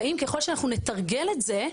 והאם ככל שאנחנו נתרגל את זה,